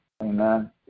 amen